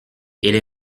elle